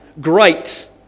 great